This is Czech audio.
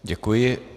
Děkuji.